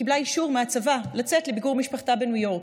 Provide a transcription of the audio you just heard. קיבלה אישור מהצבא לצאת לביקור משפחתה בניו יורק.